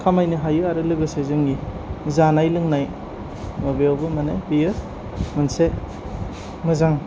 खामायनो हायो आरो लोगोसे जोंनि जानाय लोंनाय माबायावबो माने बियो मोनसे मोजां